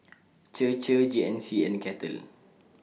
Chir Chir G N C and Kettle